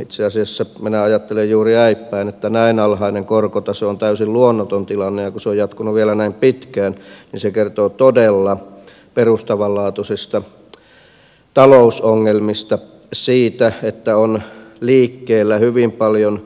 itse asiassa minä ajattelen juuri äippäin että näin alhainen korkotaso on täysin luonnoton tilanne ja kun se on jatkunut vielä näin pitkään niin se kertoo todella perustavanlaatuisista talousongelmista siitä että on liikkeellä hyvin paljon